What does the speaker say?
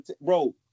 bro